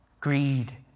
greed